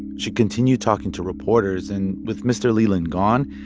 she continued talking to reporters, and with mr. leland gone,